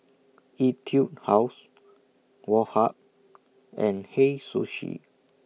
Etude House Woh Hup and Hei Sushi